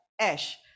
ash